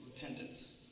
repentance